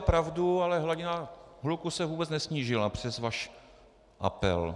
Máte pravdu, ale hladina hluku se vůbec nesnížila přes váš apel.